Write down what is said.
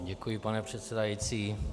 Děkuji, pane předsedající.